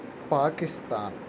Pakistan